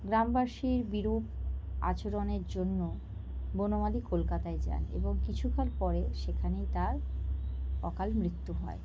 গ্রামবাসীর বিরূপ আচরণের জন্য বনমালী কলকাতায় যান এবং কিছুকাল পরে সেখানেই তার অকালমৃত্যু হয়